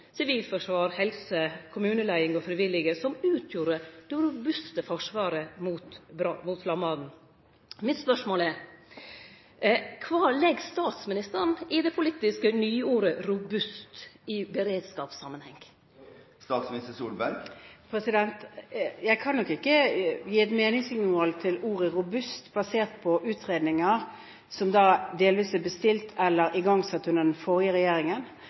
sivilforsvar, helsepersonell, kommuneleiing og frivillige, som utgjorde det robuste forsvaret mot flammane. Mitt spørsmål er: Kva legg statsministeren i det politiske nyordet «robust» i beredskapssamanheng? Jeg kan nok ikke gi et meningsinnhold til ordet «robust» basert på utredninger som delvis er bestilt eller igangsatt under den forrige regjeringen.